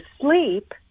sleep